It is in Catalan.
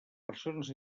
persones